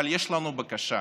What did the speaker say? אבל יש לנו בקשה: